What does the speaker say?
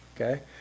okay